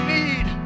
need